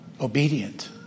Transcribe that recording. obedient